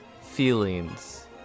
feelings